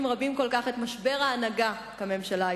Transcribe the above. רבים כל כך את משבר ההנהגה כממשלה היוצאת.